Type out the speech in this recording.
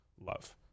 love